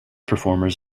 performers